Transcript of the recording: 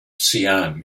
siam